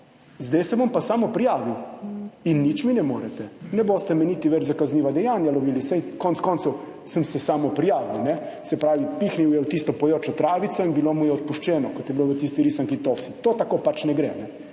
sedaj se bom pa samoprijavil in nič mi ne morete. Ne boste me več lovili niti za kazniva dejanja, saj sem se konec koncev samoprijavil. Se pravi, pihnil je v tisto pojočo travico in bilo mu je odpuščeno, kot je bilo v tisti risanki Toffsy. To tako pač ne gre.